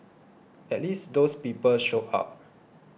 at least those people showed up